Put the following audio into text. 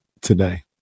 today